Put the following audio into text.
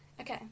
okay